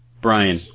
Brian